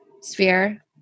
sphere